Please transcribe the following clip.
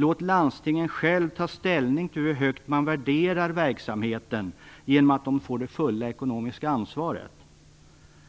Låt landstingen själva ta ställning till hur högt de värderar verksamheten genom att de får det fulla ekonomiska ansvaret.